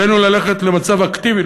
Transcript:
עלינו ללכת למצב אקטיבי,